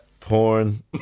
Porn